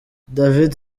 david